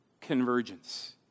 Convergence